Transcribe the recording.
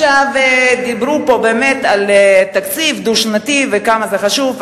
דיברו פה על תקציב דו-שנתי וכמה זה חשוב.